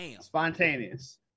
Spontaneous